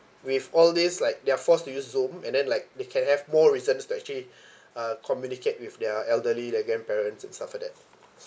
with all these like they're forced to use zoom and then like they can have more reason to actually uh communicate with their elderly their grandparents and stuff like that